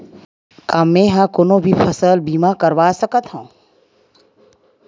का मै ह कोनो भी फसल के बीमा करवा सकत हव?